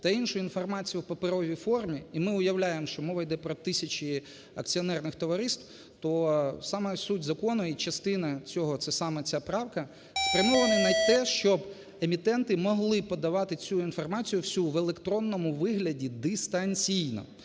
та іншу інформацію в паперовій формі, і ми уявляємо, що мова йде про тисячі акціонерних товариств, то саме суть Закону і частина цього – це саме ця правка, спрямоване на те, щоб емітенти могли подавати цю інформацію всю в електронному вигляді дистанційно.